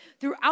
throughout